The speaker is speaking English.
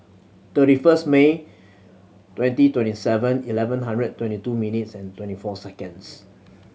thirty first May twenty twenty Seven Eleven hundred twenty two minutes and twenty four seconds